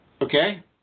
okay